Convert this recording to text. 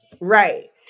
Right